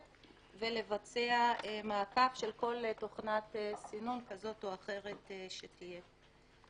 ולבצע מעקף של כל תוכנת סינון כזאת או אחרת שתהיה.